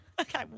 Okay